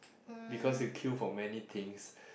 because you queue for many things